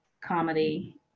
comedy